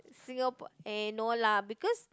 Singapore eh no lah because